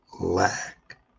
Lack